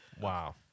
Wow